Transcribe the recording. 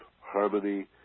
harmony